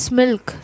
milk